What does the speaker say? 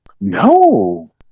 No